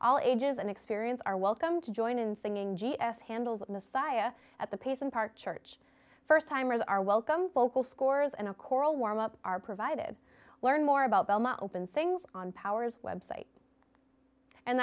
all ages and experience are welcome to join in singing g f handel's messiah at the pace and park church st timers are welcome focal scores and a choral warm up are provided learn more about belmont open sings on powers website and